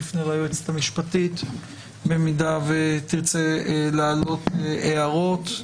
נפנה ליועצת המשפטית במידה ותרצה להעלות הערות.